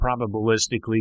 probabilistically